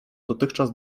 dotychczas